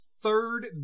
third